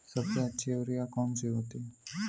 सबसे अच्छी यूरिया कौन सी होती है?